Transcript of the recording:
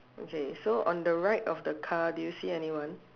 okay so on the right of the car do you see anyone